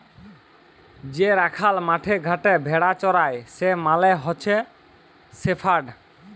যে রাখাল মাঠে ঘাটে ভেড়া চরাই সে মালে হচ্যে শেপার্ড